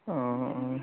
অঁ